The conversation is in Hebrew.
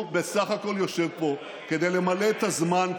הוא בסך הכול יושב פה כדי למלא את הזמן,